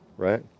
right